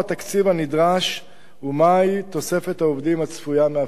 הנדרש ומהי תוספת העובדים הצפויה מהפעלתו.